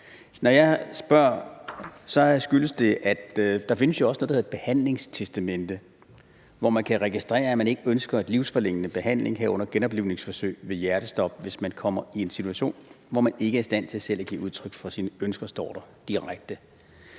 der jo også findes noget, der hedder et behandlingstestamente, hvor man kan registrere, at man ikke ønsker livsforlængende behandling, herunder genoplivningsforsøg ved hjertestop, hvis man kommer i en situation, hvor man ikke er i stand til selv at give udtryk for sine ønsker – som der står direkte.